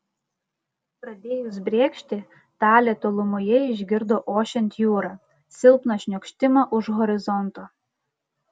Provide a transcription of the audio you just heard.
pradėjus brėkšti talė tolumoje išgirdo ošiant jūrą silpną šniokštimą už horizonto